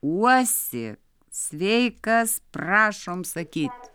uosi sveikas prašom sakyt